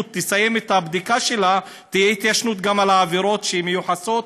תסיים את הבדיקה שלה תהיה התיישנות גם על העבירות שמיוחסות,